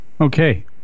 Okay